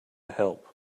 help